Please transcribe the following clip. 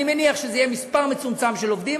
אני מניח שזה יהיה מספר מצומצם של עובדים,